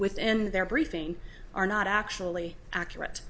within their briefing are not actually accurate